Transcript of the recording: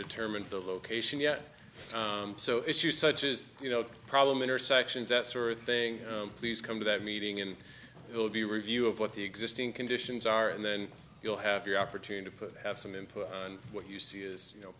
determined the location yet so issues such as you know problem intersections that sort of thing please come to that meeting and it will be review of what the existing conditions are and then you'll have your opportunity to put have some input on what you see is you know